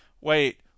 Wait